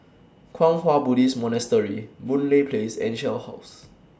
Kwang Hua Buddhist Monastery Boon Lay Place and Shell House